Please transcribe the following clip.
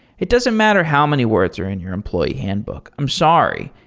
it doesn't matter how many words are in your employee handbook. i'm sorry.